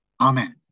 Amen